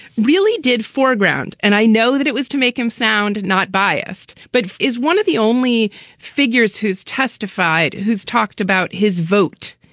really did foreground. and i know that it was to make him sound not biased, but is one of the only figures who's testified, who's talked about his vote.